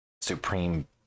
Supreme